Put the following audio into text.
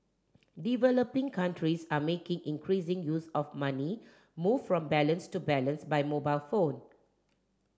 developing countries are making increasing use of money moved from balance to balance by mobile phone